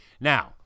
Now